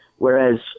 Whereas